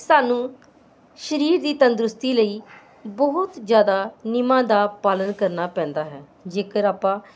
ਸਾਨੂੰ ਸਰੀਰ ਦੀ ਤੰਦਰੁਸਤੀ ਲਈ ਬਹੁਤ ਜ਼ਿਆਦਾ ਨਿਯਮਾਂ ਦਾ ਪਾਲਣ ਕਰਨਾ ਪੈਂਦਾ ਹੈ ਜੇਕਰ ਆਪਾਂ